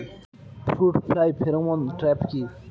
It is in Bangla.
ফ্রুট ফ্লাই ফেরোমন ট্র্যাপ কি?